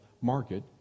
market